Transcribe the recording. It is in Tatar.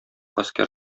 гаскәр